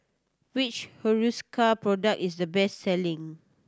which Hiruscar product is the best selling